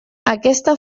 aquesta